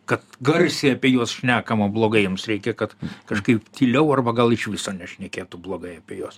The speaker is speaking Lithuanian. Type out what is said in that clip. kad garsiai apie juos šnekama blogai jiems reikia kad kažkaip tyliau arba gal iš viso nešnekėtų blogai apie juos